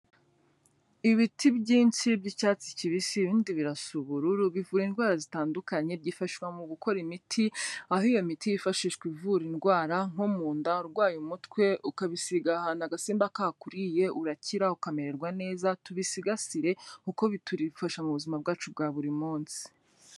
Ibiti byinshi by'icyatsi kibisi ibindi birasa ubururu bivura indwara zitandukanye byifashwa mu gukora imiti, aho iyo miti yifashishwa ivura indwara nko mu nda, urwaye umutwe, ukabisiga ahantu agasimba kakuriye urakira ukamererwa neza, tubisigasire kuko bidufasha mu buzima bwacu bwa buri munsi.